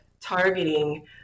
targeting